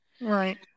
right